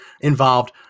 involved